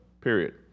Period